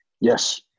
Yes